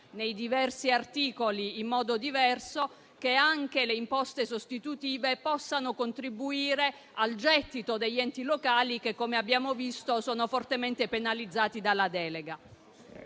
le nostre proposte emendative che anche le imposte sostitutive possano contribuire al gettito degli enti locali che, come abbiamo visto, sono fortemente penalizzati dalla delega.